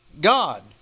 God